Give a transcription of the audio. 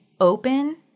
open